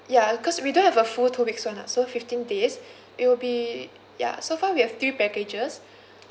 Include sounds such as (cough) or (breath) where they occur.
ya cause we do have a full two weeks one ah so fifteen days (breath) it will be ya so far we have three packages (breath)